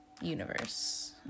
universe